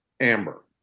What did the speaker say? Amber